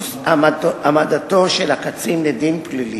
לביסוס העמדתו של הקצין לדין פלילי.